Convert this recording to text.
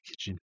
kitchen